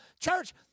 church